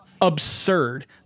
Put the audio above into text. absurd